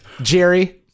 Jerry